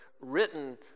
written